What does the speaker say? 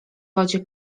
wodzie